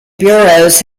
bureaus